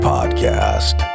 Podcast